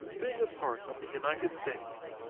being a part of the united states,